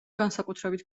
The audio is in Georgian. განსაკუთრებით